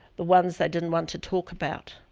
the ones they didn't want to talk about.